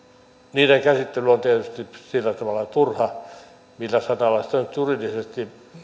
niiden käsittely on tietysti sillä tavalla turha millä sanalla sitä nyt juridisesti